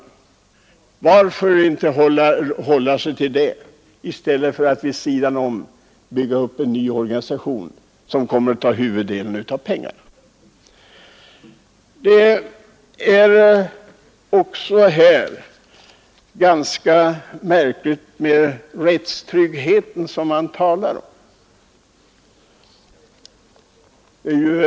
Varför inte hålla sig till dessa i stället för att vid sidan om bygga upp en ny organisation, som kommer att ta huvuddelen av pengarna? Det är också ganska märkligt med den rättstrygghet som man talar om.